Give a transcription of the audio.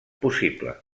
possible